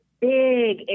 big